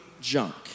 junk